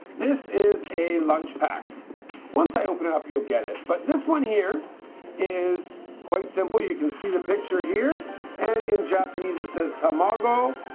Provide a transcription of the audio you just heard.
this is a lunch pack once. i open up. you'll get it, but this one here is quite simple you can see the picture here and in japanese that says tamago,